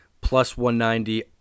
plus-190